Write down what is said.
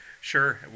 Sure